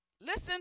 Listen